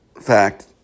fact